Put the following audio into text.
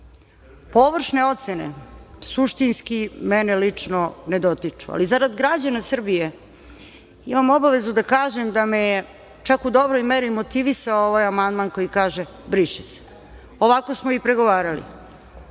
trebalo. Površne ocene suštinski mene lično ne dotiču, ali zarad građana Srbije, imam obavezu da kažem da me je čak u dobroj meri motivisao ovaj amandman koji kaže - briše se. Ovako smo i pregovarali.